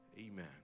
Amen